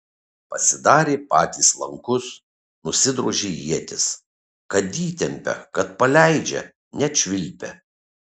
pasidarė patys lankus nusidrožė ietis kad įtempia kad paleidžia net švilpia